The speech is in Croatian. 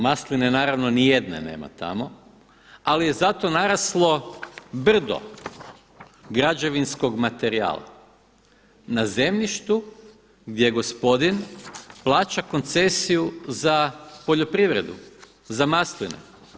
Masline naravno ni jedne nema tamo ali je zato naraslo brdo građevinskog materijala na zemljištu gdje gospodin plaća koncesiju za poljoprivredu, za masline.